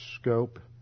scope